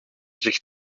zicht